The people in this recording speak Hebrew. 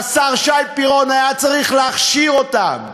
והשר שי פירון היה צריך להכשיר אותם,